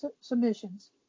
submissions